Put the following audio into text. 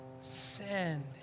Send